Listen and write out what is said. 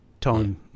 time